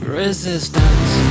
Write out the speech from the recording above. resistance